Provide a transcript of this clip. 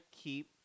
keep